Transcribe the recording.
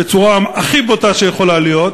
בצורה הכי בוטה שיכולה להיות,